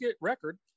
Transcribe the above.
record